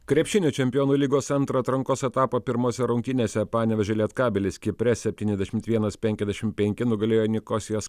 krepšinio čempionų lygos antro atrankos etapo pirmose rungtynėse panevėžio lietkabelis kipre septyniasdešimt vienas penkiasdešim penki nugalėjo nikosijos